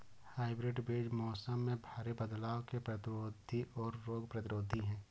hybrid बीज मौसम में भारी बदलाव के प्रतिरोधी और रोग प्रतिरोधी हैं